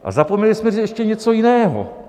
A zapomněli jsme říct ještě něco jiného.